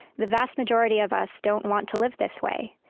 the vast majority of us don't want to live this way.